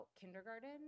kindergarten